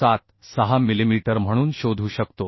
76 millimetre म्हणून शोधू शकतो